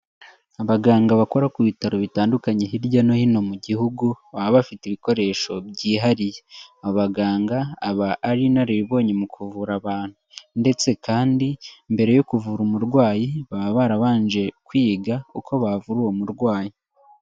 Abaganga bakora ku bitaro bitandukanye hirya no hino mu gihugu baba bafite ibikoresho byihariye. Abaganga aba ari inararibonye mu kuvura abantu ndetse kandi mbere yo kuvura umurwayi baba barabanje kwiga uko bavura uwo murwayi.